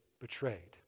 betrayed